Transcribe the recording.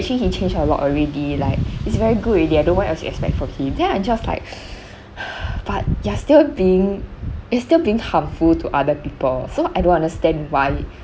actually he changed a lot already like he's very good already I don't know what else you expect from him then I just like but you are still being it's still being harmful to other people so I don't understand why